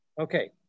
okay